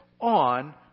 on